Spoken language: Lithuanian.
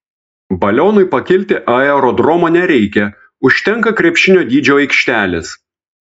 balionui pakilti aerodromo nereikia užtenka krepšinio dydžio aikštelės